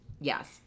Yes